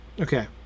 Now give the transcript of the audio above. Okay